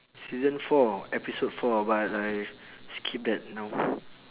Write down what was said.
season four episode four but I skip that now